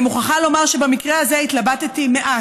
אני מוכרחה לומר שבמקרה הזה התלבטתי מעט.